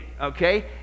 Okay